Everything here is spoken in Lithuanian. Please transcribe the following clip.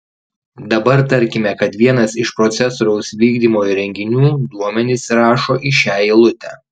dabar tarkime kad vienas iš procesoriaus vykdymo įrenginių duomenis rašo į šią eilutę